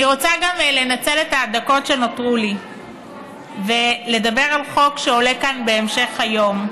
אני רוצה לנצל את הדקות שנותרו לי ולדבר על חוק שעולה כאן בהמשך היום,